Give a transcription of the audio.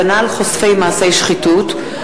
הגנה על חושפי מעשי שחיתות),